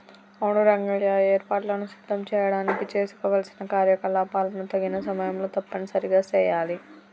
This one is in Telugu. అవును రంగయ్య ఏర్పాటులను సిద్ధం చేయడానికి చేసుకోవలసిన కార్యకలాపాలను తగిన సమయంలో తప్పనిసరిగా సెయాలి